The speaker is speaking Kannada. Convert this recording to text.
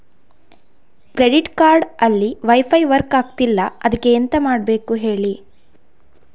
ಕ್ರೆಡಿಟ್ ಕಾರ್ಡ್ ಅಲ್ಲಿ ವೈಫೈ ವರ್ಕ್ ಆಗ್ತಿಲ್ಲ ಅದ್ಕೆ ಎಂತ ಮಾಡಬೇಕು ಹೇಳಿ